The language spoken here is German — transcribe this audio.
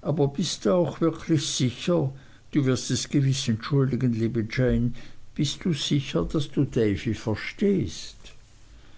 aber bist du auch wirklich sicher du wirst es gewiß entschuldigen liebe jane bist du sicher daß du davy verstehst